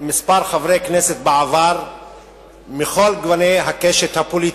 על-ידי כמה חברי כנסת, מכל גוני הקשת הפוליטית.